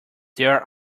their